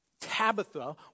Tabitha